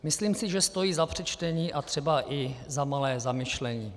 Myslím si, že stojí za přečtení a třeba i za malé zamyšlení.